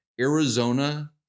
Arizona